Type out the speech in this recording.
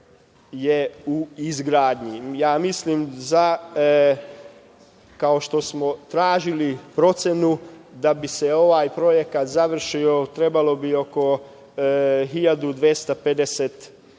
u izgradnji. Ja mislim da, kao što smo tražili procenu da bi se ovaj projekat završio trebalo bi oko milijarda